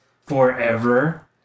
forever